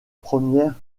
premières